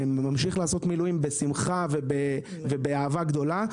ממשיך לעשות מילואים בשמחה ובאהבה גדולה,